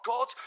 God